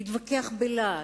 להתווכח בלהט,